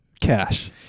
cash